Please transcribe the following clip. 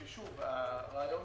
שוב, הרעיון